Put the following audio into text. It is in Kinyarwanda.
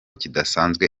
kidasanzwe